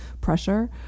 pressure